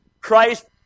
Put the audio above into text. Christ